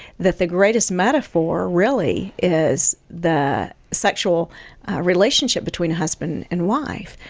that the greatest metaphor really is the sexual relationship between a husband and wife,